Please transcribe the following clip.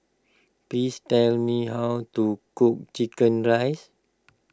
please tell me how to cook Chicken Rice